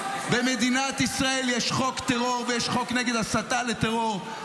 במדינת ישראל יש חוק טרור ויש חוק נגד הסתה לטרור.